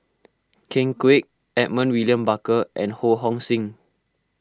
Ken Kwek Edmund William Barker and Ho Hong Sing